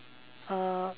uh